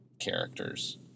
characters